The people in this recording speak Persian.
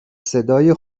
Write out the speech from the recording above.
صدای